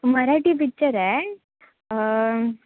Marathi picture आहे